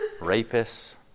rapists